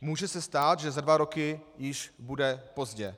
Může se stát, že za dva roky již bude pozdě.